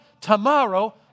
tomorrow